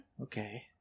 Okay